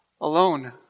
alone